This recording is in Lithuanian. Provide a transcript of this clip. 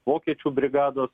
vokiečių brigados